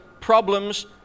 problems